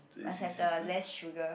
must have the less sugar